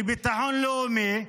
לביטחון לאומי,